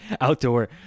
outdoor